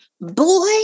boy